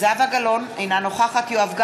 זהבה גלאון, אינה נוכחת יואב גלנט,